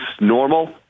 normal